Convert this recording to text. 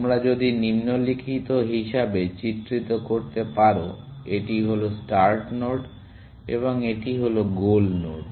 তোমরা যদি নিম্নলিখিত হিসাবে চিত্রিত করতে পারো এটি হল স্টার্ট নোড এবং এটি হল গোল নোড